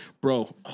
bro